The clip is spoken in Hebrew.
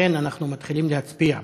לכן, אנחנו מתחילים להצביע.